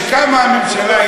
כשקמה הממשלה,